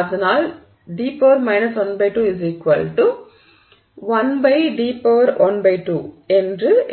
அதனால் d 12 1d12 எனவே